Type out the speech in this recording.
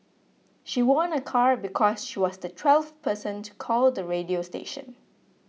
she won a car because she was the twelfth person to call the radio station